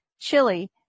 chili